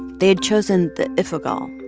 they'd chosen the ifugal,